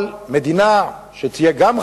אבל מדינה שתהיה גם חזקה,